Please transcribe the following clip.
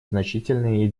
значительные